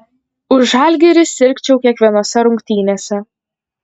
už žalgirį sirgčiau kiekvienose rungtynėse